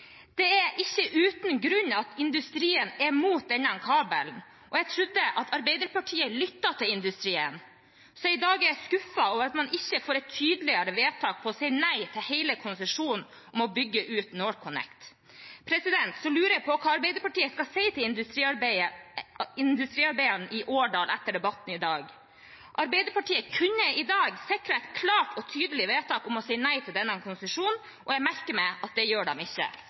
Det er ikke uten grunn at industrien er mot denne kabelen, og jeg trodde at Arbeiderpartiet lyttet til industrien. I dag er jeg skuffet over at man ikke får et tydeligere vedtak på å si nei til hele konsesjonen om å bygge ut NorthConnect. Jeg lurer på hva Arbeiderpartiet skal si til industriarbeiderne i Årdal etter debatten i dag. Arbeiderpartiet kunne i dag sikret et klart og tydelig vedtak om å si nei til denne konsesjonen, og jeg merker meg at det gjør de ikke.